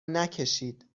نکشید